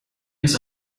ens